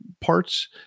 parts